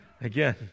Again